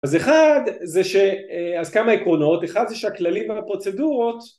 אז אחד זה ש... אז כמה עקרונות, אחד זה שהכללים והפרוצדורות